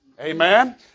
amen